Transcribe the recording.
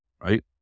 right